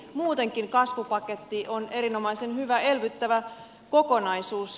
muutenkin kasvupaketti on erinomaisen hyvä elvyttävä kokonaisuus